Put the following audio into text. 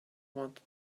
wanted